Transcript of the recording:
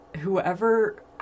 whoever